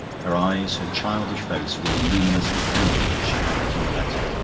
her eyes, her childish face were luminously candid as she handed him the letter.